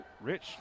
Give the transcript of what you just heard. Rich